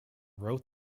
wrote